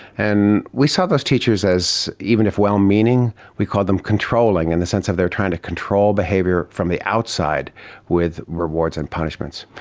and we saw those teachers as, even if well-meaning, we called them controlling in the sense of they are trying to control behaviour from the outside with rewards and punishments.